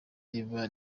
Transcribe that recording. riba